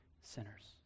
sinners